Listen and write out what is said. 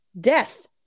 Death